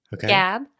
Gab